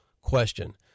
question